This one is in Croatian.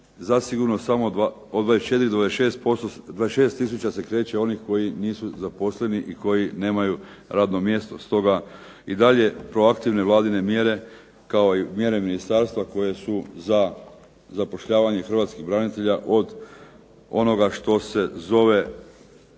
zasigurno samo od 24 do 26000 se kreće onih koji nisu zaposleni i koji nemaju radno mjesto. Stoga i dalje proaktivne Vladine mjere kao i mjere ministarstva koje su za zapošljavanje hrvatskih branitelja od onoga što se zove